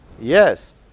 yes